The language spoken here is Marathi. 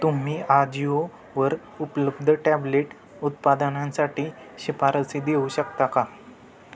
तुम्ही आजिओवर उपलब्ध टॅबलेट उत्पादनांसाठी शिफारसी देऊ शकता का